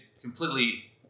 completely